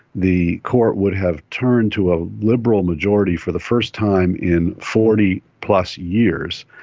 the court would have turned to a liberal majority for the first time in forty plus years.